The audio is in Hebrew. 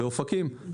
באופקים.